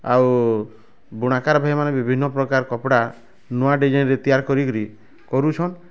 ଆଉ ବୁଣାକାର୍ ଭାଇ ମାନେ ବିଭିନ୍ନ ପ୍ରକାର୍ କପଡ଼ା ନୂଆ ଡିଜାଇନ୍ରେ ତିଆରି କିରିକିରି କରୁଛନ୍